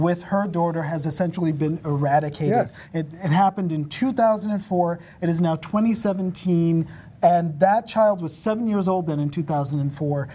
with her daughter has essentially been eradicated it happened in two thousand and four and is now two thousand and seventeen and that child was seven years old and in two thousand and four